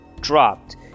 dropped